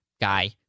guy